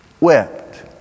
wept